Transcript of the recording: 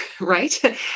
right